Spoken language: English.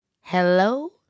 hello